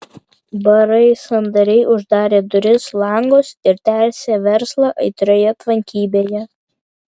barai sandariai uždarė duris langus ir tęsė verslą aitrioje tvankybėje